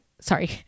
Sorry